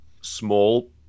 small